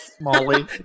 Molly